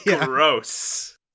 Gross